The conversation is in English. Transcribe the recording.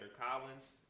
Collins